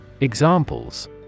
Examples